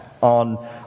on